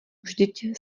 vždyť